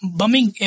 bumming